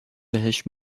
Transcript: بهش